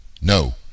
No